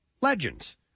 legends